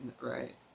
right